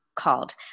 called